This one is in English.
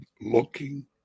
looking